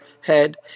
head